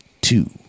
two